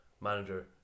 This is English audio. manager